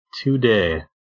today